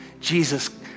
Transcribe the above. Jesus